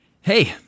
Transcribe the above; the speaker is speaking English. Hey